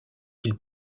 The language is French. ils